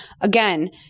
again